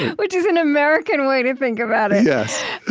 which is an american way to think about it yes.